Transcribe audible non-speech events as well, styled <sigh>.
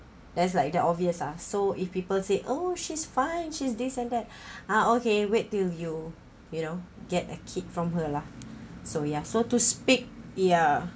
that's like the obvious ah so if people say oh she's fine she's this and that <breath> ah okay wait till you you know get a kid from her lah so ya so to speak yeah